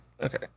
Okay